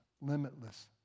limitless